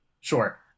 Sure